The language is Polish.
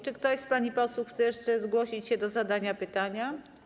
Czy ktoś z pań i panów posłów chce jeszcze zgłosić się do zadania pytania?